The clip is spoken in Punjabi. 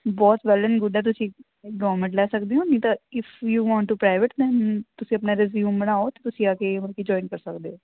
ਬਹੁਤ ਵੈਲ ਨ ਗੁਡ ਹੈ ਤੁਸੀਂ ਗੌਰਮੈਂਟ ਲੈ ਸਕਦੇ ਹੋ ਨਹੀਂ ਤਾਂ if you want to private ਨ ਤੁਸੀਂ ਆਪਣਾ ਰਿਜ਼ਿਊਮ ਬਣਾਓ ਅਤੇ ਤੁਸੀਂ ਆ ਕੇ ਮਤਲਬ ਕਿ ਜੋਇਨ ਕਰ ਸਕਦੇ ਹੋ